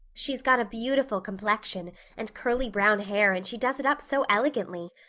she's got a beautiful complexion and curly brown hair and she does it up so elegantly.